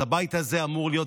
אז הבית הזה אמור להיות,